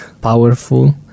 powerful